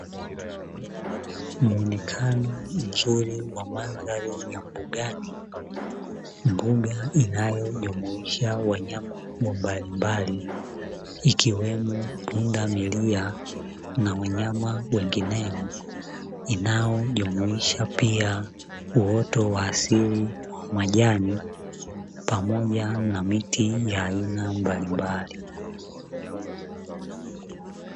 Muonekano mzuri wa mandhari ya mbugani, mbuga inayojumuhisha wanyama mbalimbali ikiwemo punda milia na wanyama wengineo, inayojumuisha pia uoto wa asili wa majani pamoja na miti ya aina mbalimbali.